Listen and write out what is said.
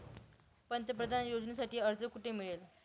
पंतप्रधान योजनेसाठी अर्ज कुठे मिळेल?